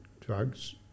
drugs